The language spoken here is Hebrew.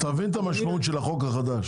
אתה מבין את המשמעות של החוק החדש?